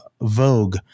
vogue